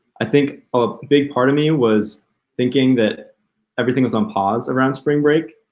i think a big part of me was thinking that everything was on pause around spring break.